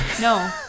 no